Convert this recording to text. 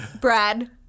Brad